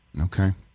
Okay